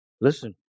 Listen